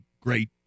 great